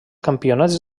campionats